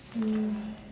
mm